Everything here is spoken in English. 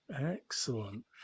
Excellent